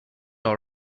all